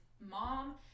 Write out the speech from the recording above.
mom